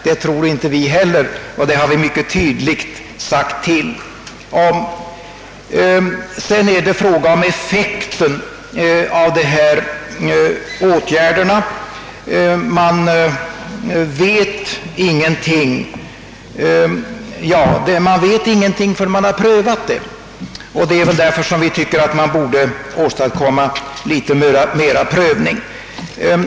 Det tror inte vi heller, och det har vi mycket tydligt sagt. Sedan är det fråga om effekten av dessa åtgärder. Man vet ingenting förrän man har prövat dem, och det är väl därför som vi tycker att man borde åstadkomma litet mera prövning.